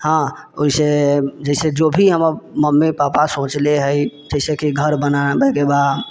हँ ओइसे जैसेकि जो भी हमर मम्मी पापा सोचले है जैसेकी घर बनाबैके बा